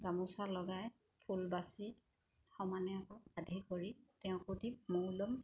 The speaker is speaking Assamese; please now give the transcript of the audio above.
গামোচা লগাই ফুল বাচি সমানে আধি কৰি তেওঁকো দিম ময়ো ল'ম